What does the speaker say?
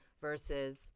versus